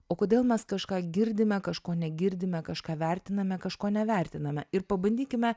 o kodėl mes kažką girdime kažko negirdime kažką vertiname kažko nevertiname ir pabandykime